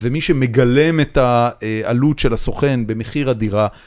ומי שמגלם את העלות של הסוכן במחיר הדירה